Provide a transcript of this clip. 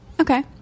Okay